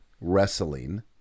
wrestling